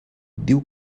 diu